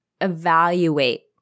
evaluate